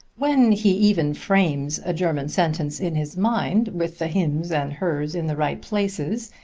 when he even frames a german sentence in his mind, with the hims and hers in the right places,